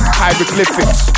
hieroglyphics